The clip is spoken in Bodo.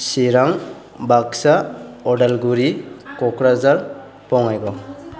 चिरां बाकसा अदालगुरि क'क्राझार बङाइगाव